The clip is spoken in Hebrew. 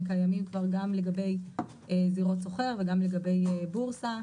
קיימים כבר גם לגבי זירות שוכר וגם לגבי בורסה,